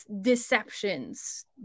deceptions